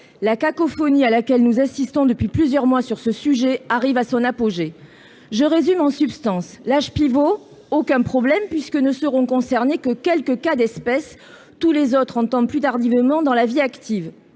la cacophonie à laquelle nous assistons depuis plusieurs mois sur ce sujet arrive à son apogée ! Je résume en substance. L'âge pivot ? Aucun problème, puisque ne seront concernés que quelques « cas d'espèce », tous les autres entrant plus tardivement dans la vie active